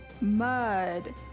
mud